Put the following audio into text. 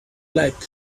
like